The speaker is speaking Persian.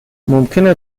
ممکنه